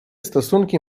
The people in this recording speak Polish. stosunki